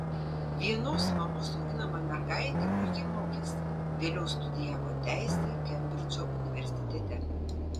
vienos mamos auginama mergaitė puikiai mokėsi vėliau studijavo teisę kembridžo universitete